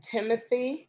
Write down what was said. Timothy